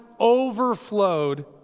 overflowed